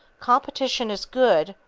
competition is good,